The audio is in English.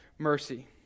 mercy